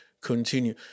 continue